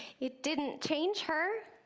it didn't change her,